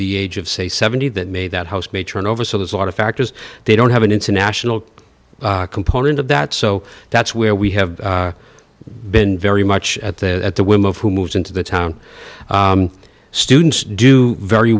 the age of say seventy that may that house may turn over so there's a lot of factors they don't have an international component of that so that's where we have been very much at the at the whim of who moves into the town students do very